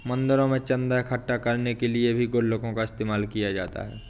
मंदिरों में चन्दा इकट्ठा करने के लिए भी गुल्लकों का इस्तेमाल किया जाता है